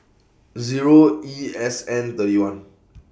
Zero E S N thirty one